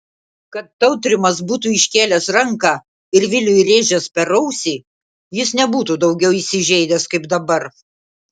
kad tautrimas būtų iškėlęs ranką ir viliui rėžęs per ausį jis nebūtų daugiau įsižeidęs kaip dabar